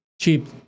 cheap